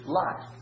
life